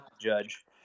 judge